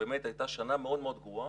שהייתה באמת שנה מאוד מאוד גרועה,